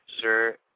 Sure